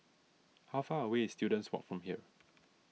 how far away is Students Walk from here